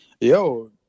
yo